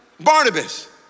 Barnabas